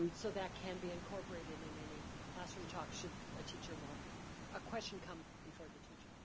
and so that can be incorporated in any classroom talk should a teacher want a question come before the teacher,